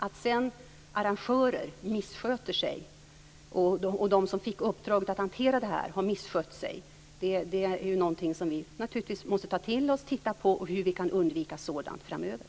Att arrangörer sedan missköter sig och att de som fick uppdraget att hantera detta har misskött sig är någonting som vi naturligtvis måste ta till oss och titta på hur vi kan undvika sådant framöver.